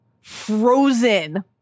frozen